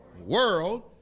world